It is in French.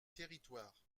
territoires